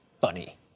funny